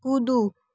कूदू